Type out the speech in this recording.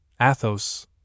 Athos